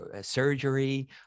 surgery